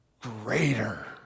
greater